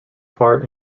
part